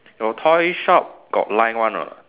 your toy shop got line one or not